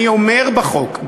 אני אומר בחוק,